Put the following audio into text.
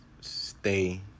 stay